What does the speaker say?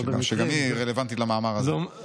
"שגם היא רלוונטית למאמר הזה".